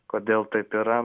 kodėl taip yra